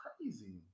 crazy